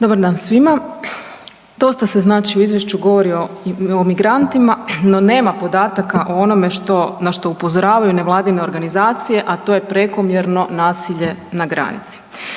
Dobar dan svima. Dosta se znači u izvješću govori o migrantima, no nema podataka o onome na što upozoravaju nevladine organizacije, a to je prekomjerno nasilje na granici.